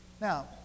Now